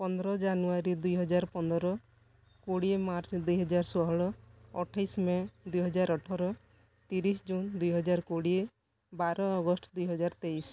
ପନ୍ଦର ଜାନୁୟାରୀ ଦୁଇ ହଜାର ପନ୍ଦର କୋଡ଼ିଏ ମାର୍ଚ୍ଚ ଦୁଇ ହଜାର ଷୋହଳ ଅଠେଇଶି ମେ ଦୁଇ ହଜାର ଅଠର ତିରିଶି ଜୁନ୍ ଦୁଇ ହଜାର କୋଡ଼ିଏ ବାର ଅଗଷ୍ଟ ଦୁଇ ହଜାର ତେଇଶି